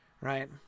right